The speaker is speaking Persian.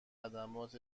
خدمات